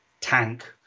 tank